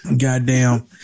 goddamn